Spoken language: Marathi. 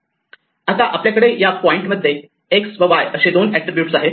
आणि आता आपल्याकडे या पॉईंट मध्ये X व Y असे दोन एट्रिब्यूट आहेत